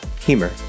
humor